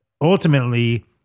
ultimately